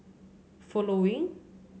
following